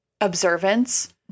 observance